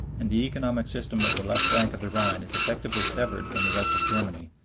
and the economic system of the left bank of the rhine is effectively severed from the rest of germany,